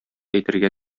әйтергә